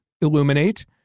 illuminate